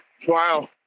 trial